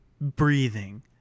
breathing